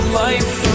life